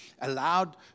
allowed